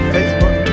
Facebook